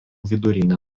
vidurinę